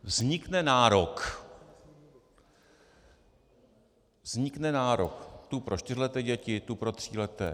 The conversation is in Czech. Vznikne nárok, vznikne nárok tu pro čtyřleté děti, tu pro tříleté.